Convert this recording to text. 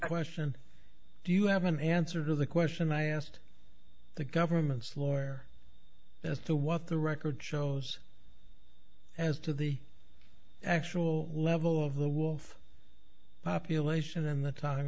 question do you have an answer to the question i asked the government's lawyer as to what the record shows as to the actual level of the war of population in the